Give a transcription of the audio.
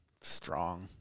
strong